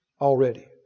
already